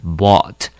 bought